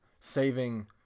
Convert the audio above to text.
saving